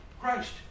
Christ